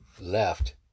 left